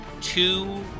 two